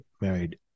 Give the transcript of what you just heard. married